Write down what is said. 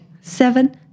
seven